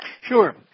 Sure